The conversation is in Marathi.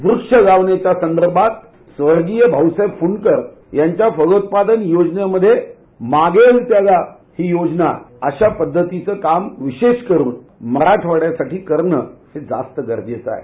व्रक्ष लावणीच्या संदर्भात स्वर्गीय भाऊसाहेब फूंकर यांच्या फलोत्पादन योजने मध्ये मागेल त्याला हि योजना अशा पद्धतीचं काम विशेष करून मराठवाड्यासाठी करणं हे जास्त गरजेचं आहे